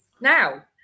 Now